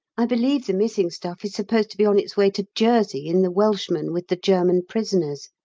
i believe the missing stuff is supposed to be on its way to jersey in the welshman with the german prisoners.